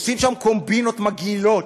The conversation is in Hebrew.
עושים שם קומבינות מגעילות,